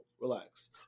Relax